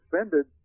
suspended